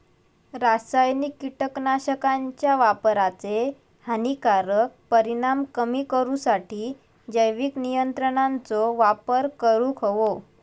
रासायनिक कीटकनाशकांच्या वापराचे हानिकारक परिणाम कमी करूसाठी जैविक नियंत्रणांचो वापर करूंक हवो